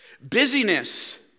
Busyness